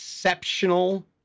Exceptional